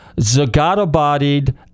Zagato-bodied